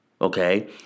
Okay